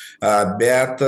a bet